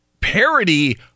parody